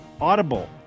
Audible